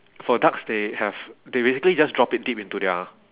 for ducks they have they basically just drop it deep into their